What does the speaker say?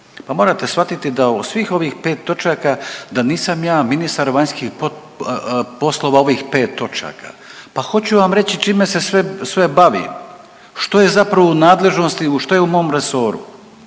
morate shvatiti da u svih ovih 5 točaka da nisam ja ministar vanjskih poslova ovih 5 točaka, pa hoću vam reći čime se sve, sve bavim, što je zapravo u nadležnosti i što je u mom resoru,